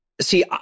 See